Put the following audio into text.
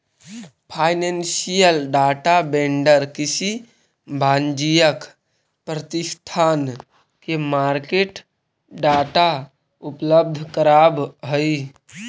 financial data vendor किसी वाणिज्यिक प्रतिष्ठान के मार्केट डाटा उपलब्ध करावऽ हइ